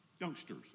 youngsters